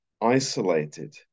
isolated